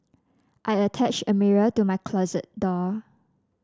I attached a mirror to my closet door